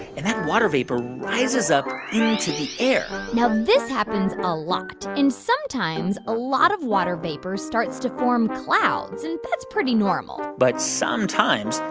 and that water vapor rises up into the air now, this happens a lot. and sometimes, a lot of water vapor starts to form clouds, and that's pretty normal but sometimes,